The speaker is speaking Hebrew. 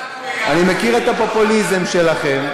אני מכיר את הפופוליזם שלכם,